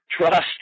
Trust